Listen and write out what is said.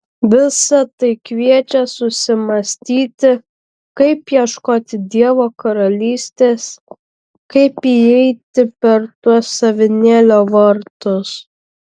visa tai kviečia susimąstyti kaip ieškoti dievo karalystės kaip įeiti per tuos avinėlio vartus